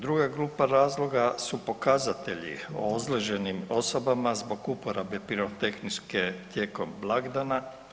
Druga grupa razloga su pokazatelji o ozlijeđenim osobama zbog uporabe pirotehnike tijekom blagdana.